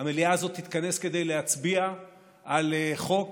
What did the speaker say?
המליאה הזאת תתכנס כדי להצביע על חוק,